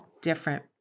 different